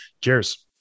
Cheers